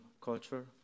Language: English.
culture